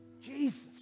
Jesus